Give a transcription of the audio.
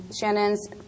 Shannon's